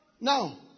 Now